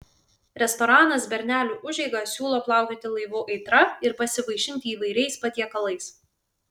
restoranas bernelių užeiga siūlo plaukioti laivu aitra ir pasivaišinti įvairiais patiekalais